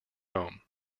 home